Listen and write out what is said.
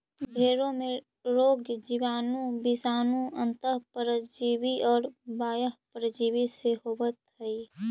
भेंड़ों में रोग जीवाणु, विषाणु, अन्तः परजीवी और बाह्य परजीवी से होवत हई